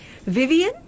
Vivian